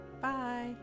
Bye